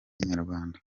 inyarwanda